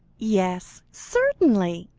yes, certainly,